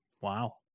Wow